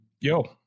Yo